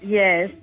yes